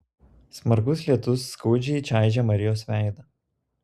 smarkus lietus skaudžiai čaižė marijos veidą